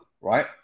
right